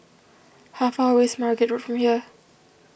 how far away is Margate Road from here